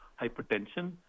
hypertension